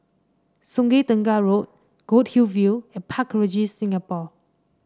Sungei Tengah Road Goldhill View and Park Regis Singapore